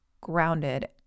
grounded